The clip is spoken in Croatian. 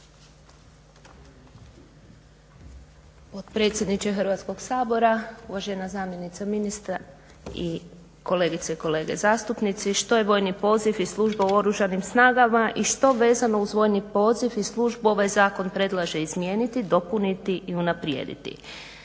Potpredsjedniče Hrvatskog sabora, uvažena zamjenice ministra i kolegice i kolege zastupnici. Što je vojni poziv i služba u Oružanim snagama i što vezano uz vojni poziv i službu ovaj zakon predlaže izmijeniti, dopuniti i unaprijediti?